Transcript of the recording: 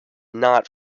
not